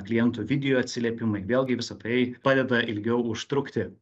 klientų video atsiliepimai vėlgi visa tai padeda ilgiau užtrukti